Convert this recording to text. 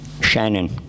Shannon